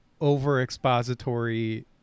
overexpository